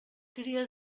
cria